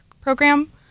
Program